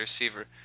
receiver